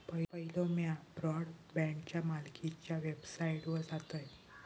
पयलो म्या ब्रॉडबँडच्या मालकीच्या वेबसाइटवर जातयं